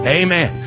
amen